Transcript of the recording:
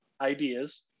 ideas